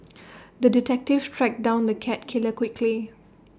the detective tracked down the cat killer quickly